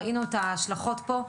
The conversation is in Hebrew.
ראינו את ההשלכות פה,